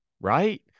right